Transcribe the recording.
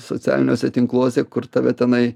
socialiniuose tinkluose kur tave tenai